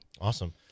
awesome